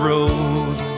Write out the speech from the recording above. Road